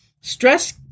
Stress